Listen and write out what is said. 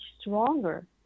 stronger